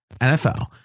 NFL